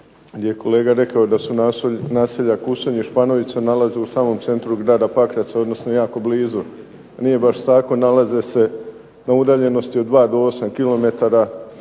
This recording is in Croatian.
gdje je kolega rekao da se naselja Kušen i Španovica nalaze u samom centru grada Pakraca, odnosno jako blizu. Nije baš tako, nalaze se na udaljenosti od 2 do 8 km